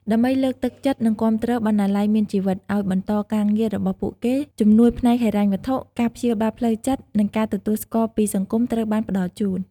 ដើម្បីលើកទឹកចិត្ត និងគាំទ្រ "បណ្ណាល័យមានជីវិត" ឱ្យបន្តការងាររបស់ពួកគេ ជំនួយផ្នែកហិរញ្ញវត្ថុ ការព្យាបាលផ្លូវចិត្ត និងការទទួលស្គាល់ពីសង្គមត្រូវបានផ្តល់ជូន។